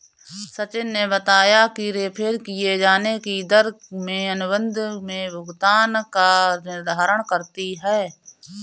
सचिन ने बताया कि रेफेर किये जाने की दर में अनुबंध में भुगतान का निर्धारण करती है